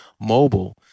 mobile